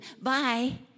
Bye